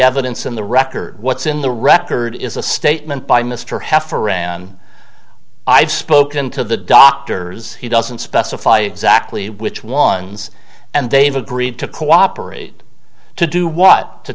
evidence in the record what's in the record is a statement by mr heffer ran i've spoken to the doctors he doesn't specify exactly which ones and they've agreed to cooperate to do what to